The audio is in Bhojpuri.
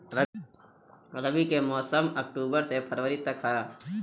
रबी के मौसम अक्टूबर से फ़रवरी तक ह